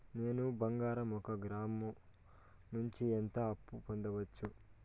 నేను బంగారం ఒక గ్రాము నుంచి ఎంత అప్పు పొందొచ్చు